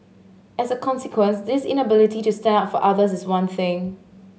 as a consequence this inability to stand up for others is one thing